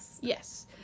yes